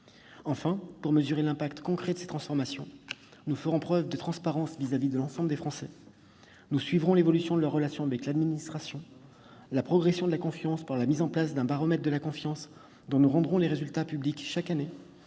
Enfin, pour mesurer les effets concrets de ces transformations, nous ferons preuve de transparence vis-à-vis de l'ensemble des Français. Nous suivrons l'évolution de leurs relations avec l'administration et la progression de la confiance par la mise en place d'un baromètre de la confiance, dont nous rendrons les résultats publics chaque année.